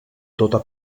tota